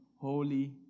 holy